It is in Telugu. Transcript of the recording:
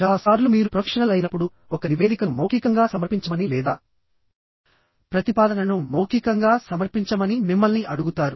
చాలా సార్లు మీరు ప్రొఫెషనల్ అయినప్పుడు ఒక నివేదికను మౌఖికంగా సమర్పించమని లేదా ప్రతిపాదనను మౌఖికంగా సమర్పించమని మిమ్మల్ని అడుగుతారు